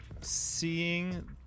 seeing